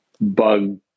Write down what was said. bug